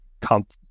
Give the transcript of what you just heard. comp